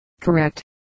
correct